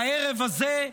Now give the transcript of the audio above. והערב הזה,